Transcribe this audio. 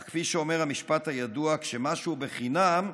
אך כפי שאומר המשפט הידוע: כשמשהו בחינם,